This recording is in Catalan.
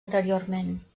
anteriorment